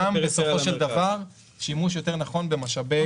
-- גם בסופו של דבר הוא שימוש יותר נכון במשאבי המשק.